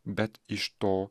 bet iš to